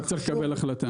רק צריך לקבל החלטה.